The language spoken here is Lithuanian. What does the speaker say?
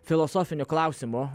filosofiniu klausimu